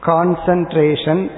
Concentration